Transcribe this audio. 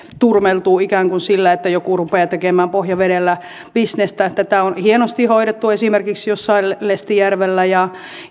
turmeltuu ikään kuin sillä että joku rupeaa tekemään pohjavedellä bisnestä tätä on hienosti hoidettu esimerkiksi jossain lestijärvellä ja